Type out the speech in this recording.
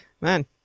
Man